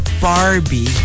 Barbie